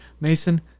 Mason